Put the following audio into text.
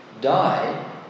die